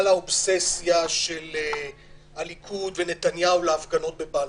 האובססיה של הליכוד ונתניהו להפגנות בבלפור.